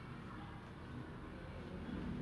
ya like obvious ah must have a limit to everything